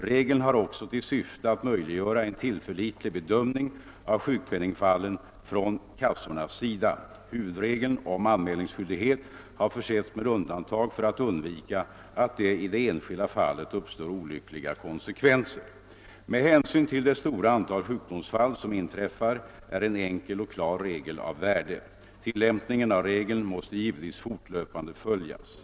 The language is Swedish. Regeln har också till syfte att möjliggöra en tillförlitlig bedömning av sjukpenningfallen från kassornas sida. Huvudregeln om anmälningsskyldighet har försetts med undantag för att undvika att det i det enskilda fallet uppstår olyckliga konsekvenser. Med hänsyn till det stora antal sjukdomsfall som inträffar är en enkel och klar regel av värde. Tillämpningen av regeln måste givetvis fortlöpande följas.